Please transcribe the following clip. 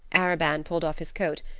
arobin pulled off his coat,